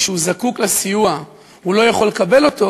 כשהוא זקוק לסיוע הוא לא יכול לקבל אותו.